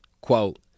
quote